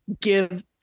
give